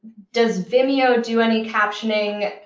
does vimeo do any captioning?